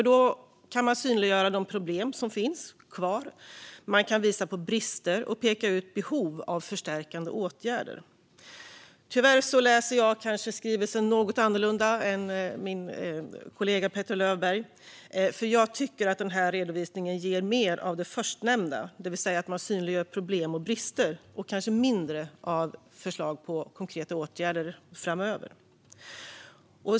Då kan man synliggöra de problem som finns kvar, visa på brister och peka ut behov av förstärkande åtgärder. Tyvärr läser jag kanske skrivelsen något annorlunda än min kollega Petter Löberg. Jag tycker att denna redovisning ger mer av det förstnämnda, det vill säga att man synliggör problem och brister, men mindre av förslag på konkreta åtgärder framöver.